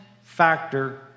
factor